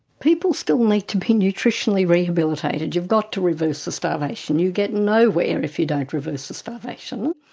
people still need to be nutritionally rehabilitated, you've got to reverse the starvation. you get nowhere if you don't reverse the starvation,